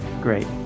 Great